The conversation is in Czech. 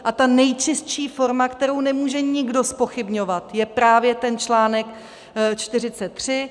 A ta nejčistší forma, kterou nemůže nikdo zpochybňovat, je právě ten článek 43.